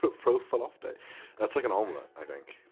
but fro ful ofte, ah that's like an omelet, i think